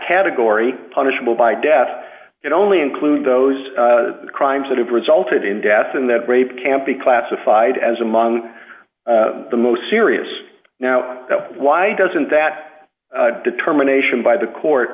category punishable by death it only include those crimes that have resulted in deaths in the rape camp be classified as among the most serious now why doesn't that determination by the court